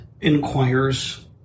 inquires